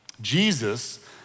Jesus